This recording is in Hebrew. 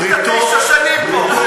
בריתות אין, מה עשית תשע שנים פה?